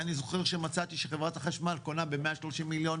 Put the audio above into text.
אני זוכר שמצאתי שחברת החשמל קונה ב-130 מיליון